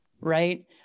right